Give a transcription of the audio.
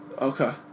Okay